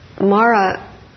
Mara